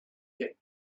get